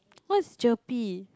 what is gerpe